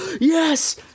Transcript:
yes